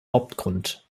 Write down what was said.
hauptgrund